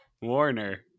warner